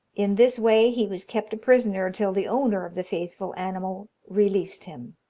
in this way he was kept a prisoner till the owner of the faithful animal released him.